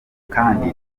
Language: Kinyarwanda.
kandi